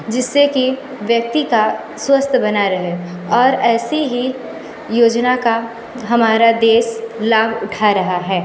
जिस से कि व्यक्ति का स्वस्थ्य बना रहे और एसी ही योजना का हमारा देश लाभ उठा रहा है